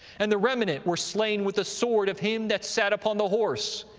and the remnant were slain with the sword of him that sat upon the horse,